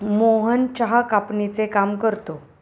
मोहन चहा कापणीचे काम करतो